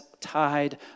tied